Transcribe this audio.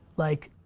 like,